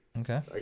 okay